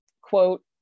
quote